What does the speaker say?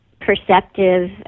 perceptive